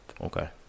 Okay